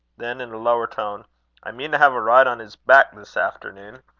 then in a lower tone i mean to have a ride on his back this afternoon.